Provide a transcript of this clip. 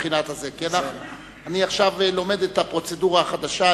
אני עכשיו לומד את הפרוצדורה החדשה,